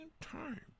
time